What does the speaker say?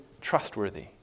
trustworthy